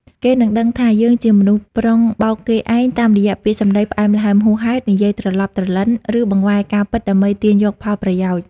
គេនឹងដឹងថា យើងជាមនុស្សប្រុងបោកគេឯង តាមរយះពាក្យសម្ដីផ្អែមល្ហែមហួសហេតុ និយាយត្រឡប់ត្រលិន ឬបង្វែរការពិតដើម្បីទាញយកផលប្រយោជន៍។